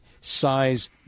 size